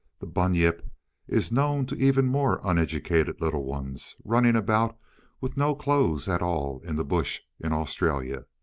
the bunyip is known to even more uneducated little ones, running about with no clothes at all in the bush, in australia.